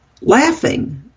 laughing